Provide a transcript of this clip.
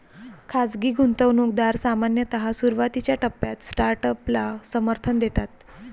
खाजगी गुंतवणूकदार सामान्यतः सुरुवातीच्या टप्प्यात स्टार्टअपला समर्थन देतात